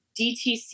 DTC